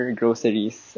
groceries